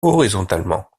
horizontalement